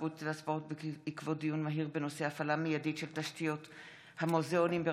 התרבות והספורט בעקבות דיון מהיר בהצעתם של